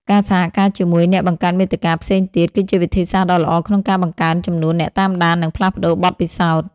ការសហការជាមួយអ្នកបង្កើតមាតិកាផ្សេងទៀត គឺជាវិធីសាស្ត្រដ៏ល្អក្នុងការបង្កើនចំនួនអ្នកតាមដាន និងផ្លាស់ប្តូរបទពិសោធន៍។